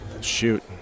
Shoot